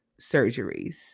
surgeries